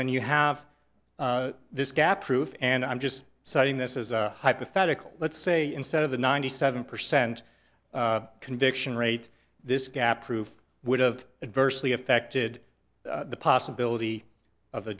when you have this gap proof and i'm just citing this as a hypothetical let's say instead of a ninety seven percent conviction rate this gap proof would've adversely affected the possibility of